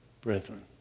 brethren